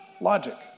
logic